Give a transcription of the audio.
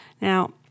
Now